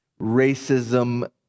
Racism